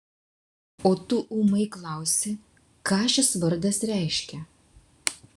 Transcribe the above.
o tu ūmai klausi ką šis vardas reiškia